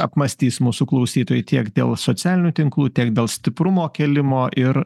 apmąstys mūsų klausytojai tiek dėl socialinių tinklų tiek dėl stiprumo kėlimo ir